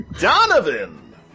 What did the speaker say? Donovan